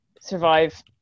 survive